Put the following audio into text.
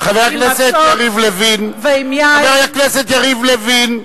חבר הכנסת יריב לוין, חבר הכנסת יריב לוין.